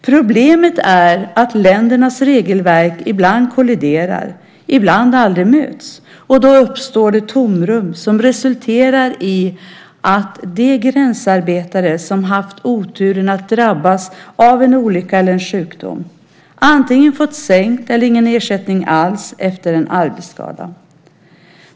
Problemet är att ländernas regelverk ibland kolliderar och ibland aldrig möts, och då uppstår det tomrum som resulterar i att de gränsarbetare som haft oturen att drabbas av en olycka eller sjukdom antingen fått sänkt ersättning eller ingen ersättning alls efter en arbetsskada.